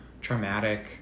traumatic